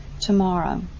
tomorrow